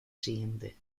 siguiente